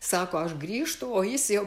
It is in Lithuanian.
sako aš grįžtu o jis jau